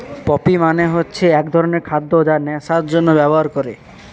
poppy মানে হচ্ছে এক ধরনের খাদ্য যা নেশার জন্যে ব্যবহার করে